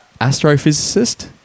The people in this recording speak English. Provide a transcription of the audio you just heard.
astrophysicist